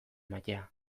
maitea